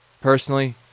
Personally